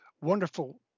wonderful